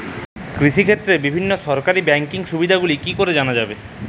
কৃষিক্ষেত্রে বিভিন্ন সরকারি ব্যকিং সুবিধাগুলি কি করে জানা যাবে?